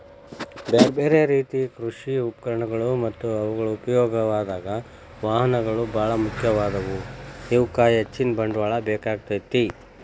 ಬ್ಯಾರ್ಬ್ಯಾರೇ ರೇತಿ ಕೃಷಿ ಉಪಕರಣಗಳು ಮತ್ತ ಅವುಗಳ ಉಪಯೋಗದಾಗ, ವಾಹನಗಳು ಬಾಳ ಮುಖ್ಯವಾದವು, ಇವಕ್ಕ ಹೆಚ್ಚಿನ ಬಂಡವಾಳ ಬೇಕಾಕ್ಕೆತಿ